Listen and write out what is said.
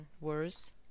worse